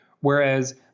Whereas